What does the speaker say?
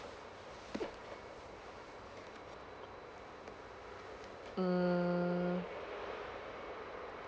mm